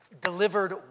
delivered